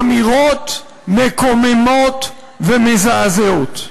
אמירות מקוממות ומזעזעות.